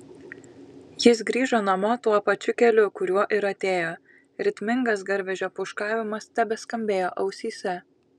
jis grįžo namo tuo pačiu keliu kuriuo ir atėjo ritmingas garvežio pūškavimas tebeskambėjo ausyse